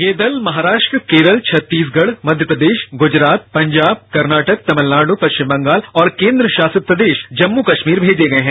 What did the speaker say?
ये दल महाराष्ट्र केरल छत्तीसगढ़ मध्यप्रदेश गूजरात पंजाब कर्नाटक तभिलनाडु पश्चिम बंगाल और केंद्रशासित प्रदेश जम्मू कश्घ्मीर भेजे गए हैं